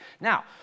Now